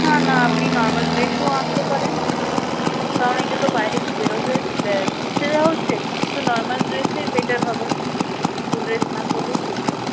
না না আপনি নর্মাল ড্রেসও আনতে পারেন কারণ ওইটা তো বাইরে বেরোবে ঘুরতে যাওয়া হচ্ছে তো নর্মাল ড্রেসে বেটার হবে স্কুল ড্রেস না পরলেও চলবে